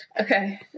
Okay